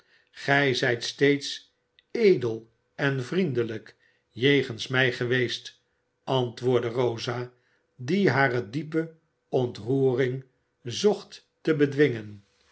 gij zijt steeds edel en vriendelijk jegens mij geweest antwoordde rosa die hare diepe ontroering zocht te bedwingen